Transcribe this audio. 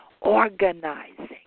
Organizing